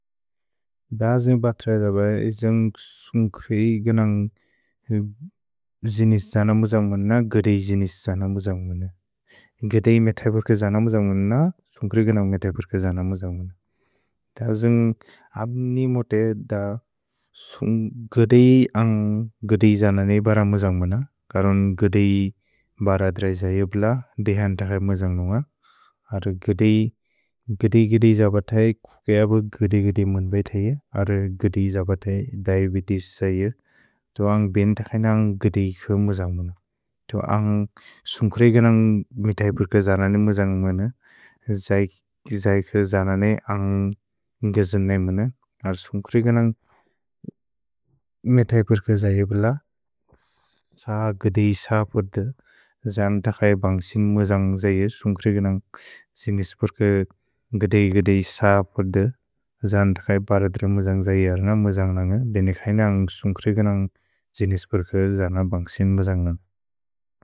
द जुन्ग् बत्रए जब ए जुन्ग् सुन्ग् क्रि गनन्ग् जिनिस् जन मुजन्ग्मन् न गदेइ जिनिस् जन मुजन्ग्मन् न। गदेइ मेतबुर्के जन मुजन्ग्मन् न सुन्ग् क्रि गनन्ग् मेतबुर्के जन मुजन्ग्मन् न। द जुन्ग् अब्नि मोतए द सुन्ग् गदेइ अन्ग् गदेइ जन ने बर मुजन्ग्मन् न। करुन् गदेइ बरद्रए ज योब्ल देहन् तख मुजन्ग्मन् न। अर् गदे, गदे गदे ज्ब त्इ, कुक् ब गदे गदे म्न् बै त्इ, अर् गदे ज्ब त्इ, द्इ बिद्स् त्स्इ, तु न्ग् बेन् तक्स्न् न्ग् गदे कुअ मुज्न्ग् म्न्। तु न्ग् सुन्क्रि गन्न्ग् मित्इपुर् कज र्नि मुज्न्ग् म्न्, ज्इ कज र्नि न्ग् न्गजुन् न्इ म्न्, अर् सुन्क्रि गन्न्ग् मित्इपुर् कज य् पुल। स् गदे ज्ब त्इ, ज्नि तक्स्इ ब्न्ग्सिन् मुज्न्ग् ज्इ, सुन्क्रि गन्न्ग् त्सिन्स् पुर्क् गदे गदे ज्ब त्इ, ज्नि तक्स्इ ब्रत्र मुज्न्ग् ज्इ, अर् न्इ मुज्न्ग् न्इ, बेन् इक्इ न्इ न्ग् सुन्क्रि गन्न्ग् त्सिन्स् पुर्क् ज्नि ब्न्ग्सिन् मुज्न्ग् न्इ।